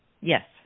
Yes